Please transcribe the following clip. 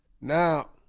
Now